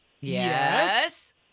Yes